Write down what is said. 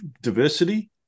diversity